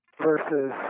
versus